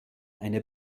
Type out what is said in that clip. eine